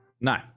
No